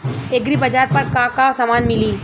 एग्रीबाजार पर का का समान मिली?